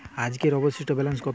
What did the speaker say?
আজকের অবশিষ্ট ব্যালেন্স কত?